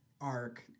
arc